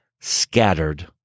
scattered